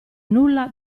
nulla